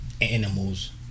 Animals